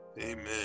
Amen